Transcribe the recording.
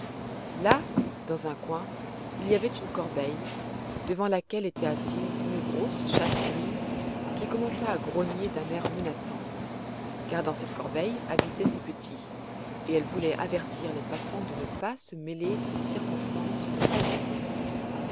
là dans un coin il y avait une corbeille devant laquelle était assise une grosse chatte grise qui commença à grogner d'un air menaçant car dans cette corbeille habitaient ses petits et elle voulait avertir les passants de ne pas se mêler de ses circonstances de famille